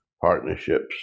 partnerships